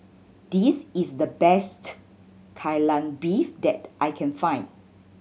this is the best Kai Lan Beef that I can find